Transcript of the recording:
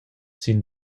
sin